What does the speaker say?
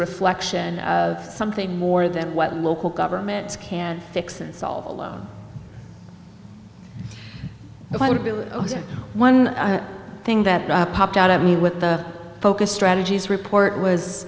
reflection of something more than what local governments can fix and solve alone would be with one thing that popped out at me with the focus strategies report was